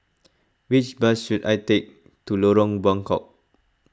which bus should I take to Lorong Buangkok